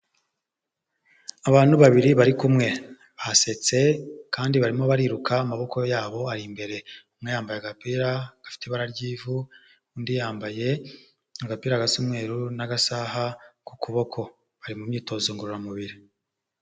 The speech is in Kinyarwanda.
Abantu babiri bari kumwe, basetse kandi barimo bariruka amaboko yabo ari imbere, umwe yambaye agapira gafite ibara ry'ivu, undi yambaye agapira k'umweru n'agasaha ku kuboko bari mu myitozo ngororamubiri.